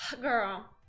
Girl